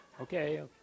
Okay